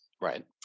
Right